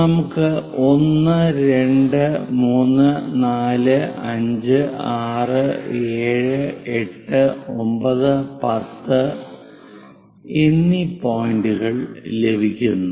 നമുക്ക് 1 2 3 4 5 6 7 8 9 10 എന്നീ പോയിന്ററുകൾ ലഭിക്കുന്നു